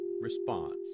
response